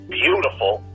beautiful